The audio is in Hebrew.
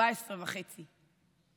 14 וחצי.